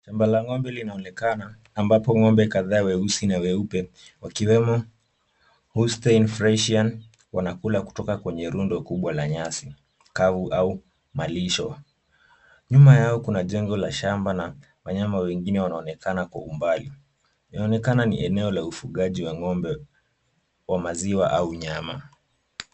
Shamba la ng'ombe linaonekana, ambapo ng'ombe kadhaa weusi na weupe, wakiwemo Hustain Freshian wanakula kutoka kwenye rundo kubwa la nyasi au malisho. Nyuma yao kuna jengo la shamba na wanyama wengine wanaonekana kwa umbali. Inaonekana ni eneo la ufugaji wa ng'ombe wa maziwa au nyama.